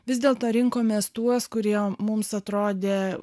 vis dėl to rinkomės tuos kurie mums atrodė